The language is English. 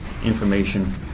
Information